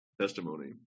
testimony